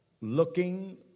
looking